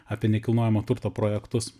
apie nekilnojamo turto projektus